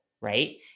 Right